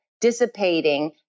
dissipating